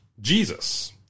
Jesus